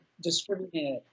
Discriminate